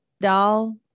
doll